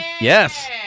Yes